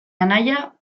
anaia